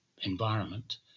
environment